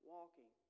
Walking